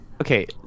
okay